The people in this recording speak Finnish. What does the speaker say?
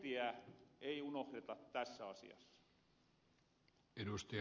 äitiä ei unohreta tässä asiassa